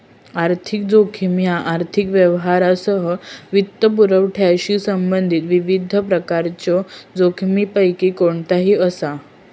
आर्थिक जोखीम ह्या आर्थिक व्यवहारांसह वित्तपुरवठ्याशी संबंधित विविध प्रकारच्यो जोखमींपैकी कोणताही असा